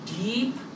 deep